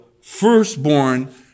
firstborn